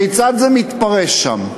כיצד זה מתפרש שם?